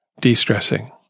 de-stressing